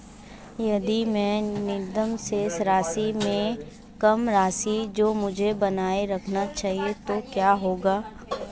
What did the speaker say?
यदि मैं न्यूनतम शेष राशि से कम राशि रखूं जो मुझे बनाए रखना चाहिए तो क्या होगा?